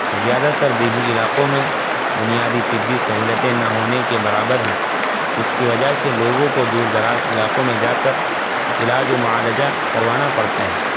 زیادہ تر دیہی علاقوں میں بنیادی طبی سہولتیں نہ ہونے کے برابر ہیں اس کی وجہ سے لوگوں کو دور دراز علاقوں میں جا کر علاج و معالجہ کروانا پڑتا ہیں